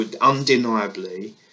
undeniably